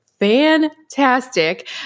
fantastic